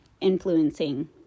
influencing